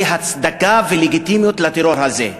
זה הצדקה ולגיטימיות לטרור הזה.